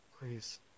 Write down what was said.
please